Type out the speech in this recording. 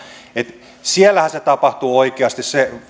että siellähän se tapahtuu oikeasti